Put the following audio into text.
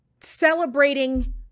celebrating